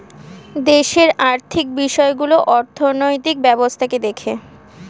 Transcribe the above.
দেশের আর্থিক বিষয়গুলো অর্থনৈতিক ব্যবস্থাকে দেখে